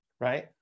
right